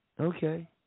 Okay